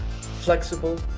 flexible